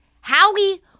Howie